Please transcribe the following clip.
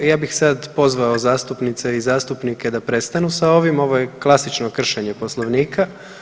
Ja bih sad pozvao zastupnice i zastupnike da prestanu sa ovim ovo je klasično kršenje Poslovnika.